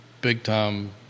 big-time